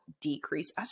decrease